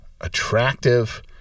attractive